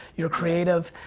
you're creative,